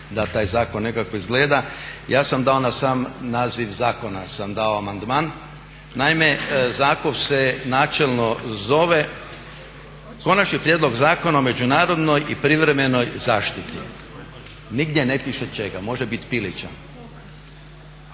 da taj zakon nekako izgleda. Ja sam dao na sam naziv zakona amandman. Naime, zakon se načelno zove Konačni prijedlog Zakona o međunarodnoj i privremenoj zaštiti. Nigdje ne piše čega, može biti pilića.